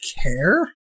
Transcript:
care